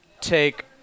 take